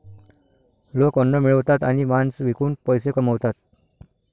लोक अन्न मिळवतात आणि मांस विकून पैसे कमवतात